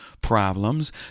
problems